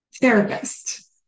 therapist